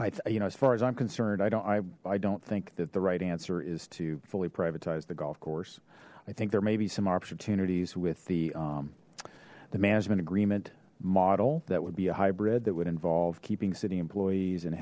i you know as far as i'm concerned i don't i don't think that the right answer is to fully privatize the golf course i think there may be some opportunities with the the management agreement model that would be a hybrid that would involve keeping city employees and